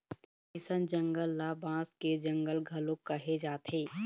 अइसन जंगल ल बांस के जंगल घलोक कहे जाथे